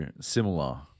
similar